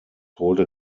holte